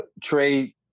trey